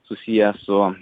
susiję su